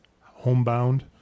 homebound